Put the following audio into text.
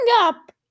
up